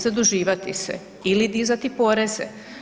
Zaduživati se ili dizati poreze.